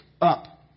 up